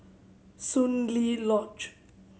Soon Lee Lodge